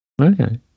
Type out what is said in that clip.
okay